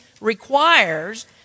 requires